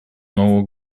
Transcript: нового